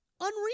Unreal